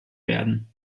werden